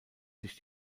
sich